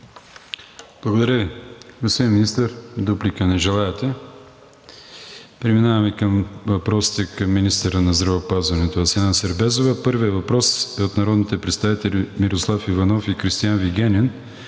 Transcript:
Благодаря Ви. Господин Министър, дуплика? Не желаете. Преминаваме към въпросите към министъра на здравеопазването Асена Сербезова. Първият въпрос е от народните представители Мирослав Иванов и Кристиан Вигенин